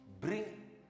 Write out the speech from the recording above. bring